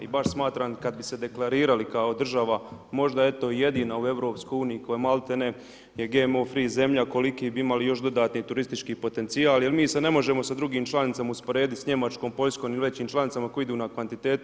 I baš smatram kada bi se deklarirali kao država možda jedina u EU koja malte ne je GMO free zemlja koliki bi imali još dodatni turistički potencijal jel mi se ne možemo sa drugim članicama usporedi s Njemačkom, Poljskom i većim članicama koje idu na kvantitetu.